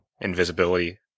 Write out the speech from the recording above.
invisibility